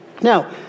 Now